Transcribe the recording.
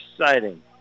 exciting